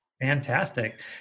Fantastic